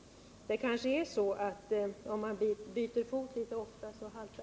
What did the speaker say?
Det är kanske så, att också logiken haltar om man byter fot litet för ofta.